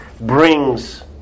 brings